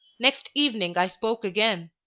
next evening i spoke again,